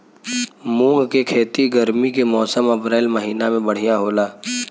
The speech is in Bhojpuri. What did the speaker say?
मुंग के खेती गर्मी के मौसम अप्रैल महीना में बढ़ियां होला?